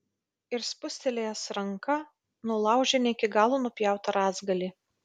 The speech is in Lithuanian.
ir spūstelėjęs ranka nulaužė ne iki galo nupjautą rąstgalį